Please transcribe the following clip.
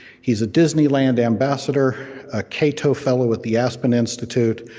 he's a disneyland ambassador, a kato fellow with the aspen institute,